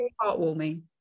heartwarming